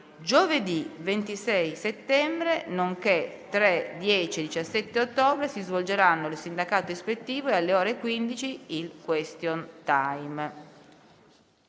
Giovedì 26 settembre, nonché il 3, il 10 e il 17 ottobre si svolgeranno il sindacato ispettivo e, alle ore 15, il *question time*.